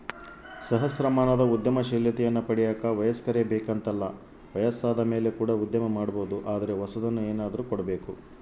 ಸಹಸ್ರಮಾನದ ಉದ್ಯಮಶೀಲತೆಯನ್ನ ಪಡೆಯಕ ವಯಸ್ಕರೇ ಬೇಕೆಂತಲ್ಲ ವಯಸ್ಸಾದಮೇಲೆ ಕೂಡ ಉದ್ಯಮ ಮಾಡಬೊದು ಆದರೆ ಹೊಸದನ್ನು ಏನಾದ್ರು ಕೊಡಬೇಕು